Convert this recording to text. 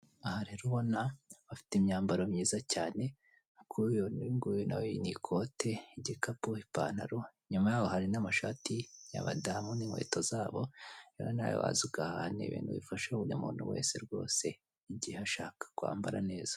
Iri ji isoko rikorera kuri murandasi, rikaba ricuruza ibikomoka ku mata ibyo tuzi nka yawurute rikaba ryorohereza abanyarwanfda kuba babona ibicuruzwa ku buryo buboroheye . Icyo usabwa ni ugufata terefone yawe ugasura urubuga rwabo ubundi ugatumiza iyo yawurute ikakugeraho neza ukayikoresha.